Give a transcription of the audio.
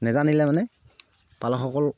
নেজানিলে মানে পালকসকল